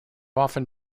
often